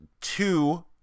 two